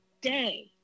day